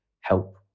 help